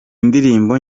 ndirimbo